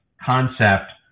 concept